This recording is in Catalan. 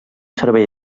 servei